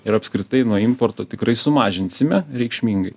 ir apskritai nuo importo tikrai sumažinsime reikšmingai